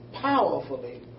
powerfully